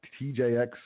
tjx